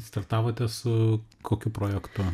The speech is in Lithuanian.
startavote su kokiu projektu